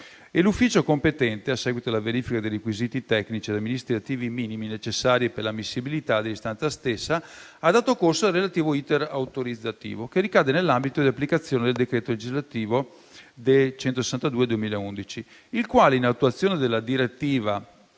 e l'ufficio competente, a seguito della verifica dei requisiti tecnici e amministrativi minimi necessari per l'ammissibilità dell'istanza stessa, ha dato corso al relativo *iter* autorizzativo, che ricade nell'ambito di applicazione del decreto legislativo n. 162 del 2011, il quale, in attuazione della direttiva,